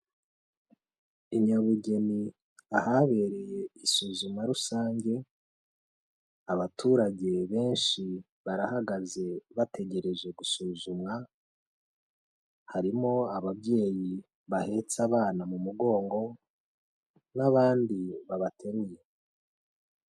Inyabugeni ahabereye isuzuma rusange, abaturage benshi barahagaze bategereje gusuzumwa, harimo ababyeyi bahetse abana mu mugongo, n'abandi babateruye.